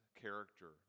character